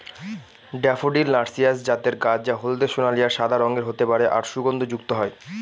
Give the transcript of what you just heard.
daffodil narcissus জাতের গাছ যা হলদে সোনালী আর সাদা রঙের হতে পারে আর সুগন্ধযুক্ত হয়